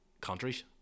countries